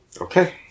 okay